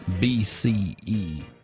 BCE